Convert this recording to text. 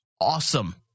Awesome